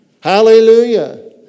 Hallelujah